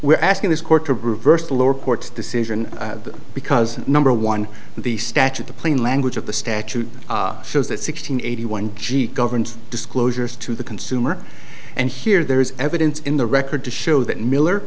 we're asking this court to reverse the lower court's decision because number one the statute the plain language of the statute shows that sixteen eighty one g governs disclosures to the consumer and here there is evidence in the record to show that miller